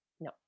No